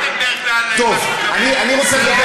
שמעתי על טרכטנברג, טוב, אני רוצה לדבר